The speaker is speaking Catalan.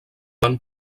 van